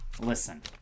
listen